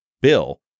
Bill